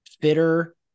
fitter